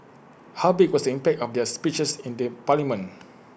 how big was the impact of their speeches in the parliament